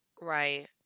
Right